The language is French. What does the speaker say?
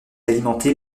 alimentée